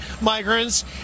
migrants